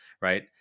right